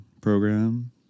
program